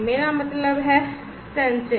मेरा मतलब है हम करेंगे सेंसिंग